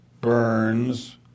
Burns